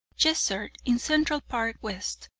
yes, sir, in central park west,